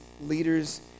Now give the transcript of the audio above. leaders